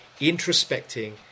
introspecting